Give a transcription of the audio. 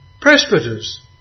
Presbyters